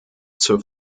zur